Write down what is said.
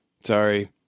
sorry